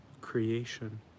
creation